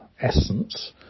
essence